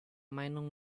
meinung